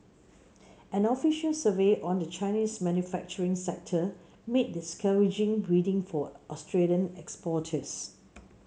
an official survey on the Chinese manufacturing sector made discouraging reading for Australian exporters